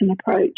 approach